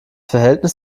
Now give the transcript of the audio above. verhältnis